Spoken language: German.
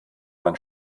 man